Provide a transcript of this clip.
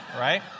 right